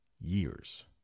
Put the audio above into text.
years